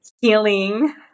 healing